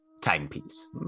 timepiece